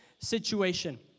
situation